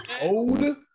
Old